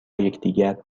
یکدیگر